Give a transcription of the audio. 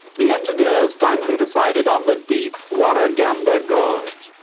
the engineers finally decided on the deep warragamba gorge.